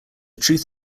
truth